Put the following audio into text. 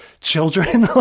children